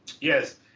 Yes